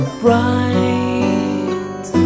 bright